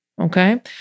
Okay